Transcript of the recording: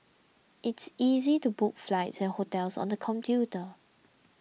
it's easy to book flights and hotels on the computer